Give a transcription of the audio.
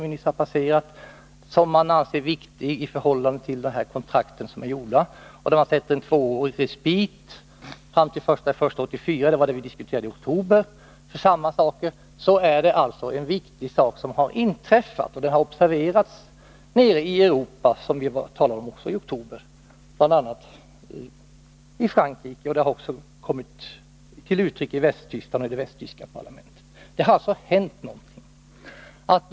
I det här fallet rör det sig om den 1 januari 1982, och man har satt en tvåårig respit fram till den 1 januari 1984. Vi diskuterade ungefär detsamma i oktober, och det är en viktig sak som har inträffat. Detta har observerats nere i Europa, bl.a. i Frankrike och i Västtyskland — saken har varit uppe i det västtyska parlamentet. Det har således hänt något.